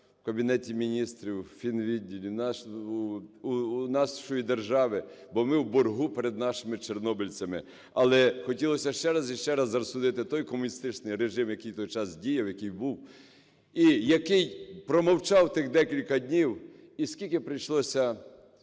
в Кабінеті Міністрів, в фінвідділі, у нашої держави, бо ми в боргу перед нашими чорнобильцями. Але хотілося ще раз і ще раз засудити той комуністичний режим, який в той час діяв, який був і який промовчав тих декілька днів. І скільки прийшлося